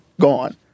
gone